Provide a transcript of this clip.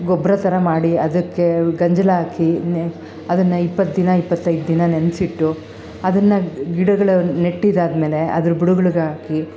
ಗೊಬ್ಬರ ಥರ ಮಾಡಿ ಅದಕ್ಕೆ ಗಂಜಲ ಹಾಕಿ ನೆ ಅದನ್ನು ಇಪ್ಪತ್ತು ದಿನ ಇಪ್ಪತ್ತೈದು ದಿನ ನೆನೆಸಿಟ್ಟು ಅದನ್ನು ಗಿಡಗಳು ನೆಟ್ಟಿದಾದ್ಮೇಲೆ ಅದರ ಬುಡಗಳ್ಗಾಕಿ